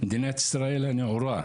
מדינת ישראל הנאורה,